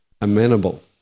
amenable